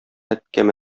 әткәм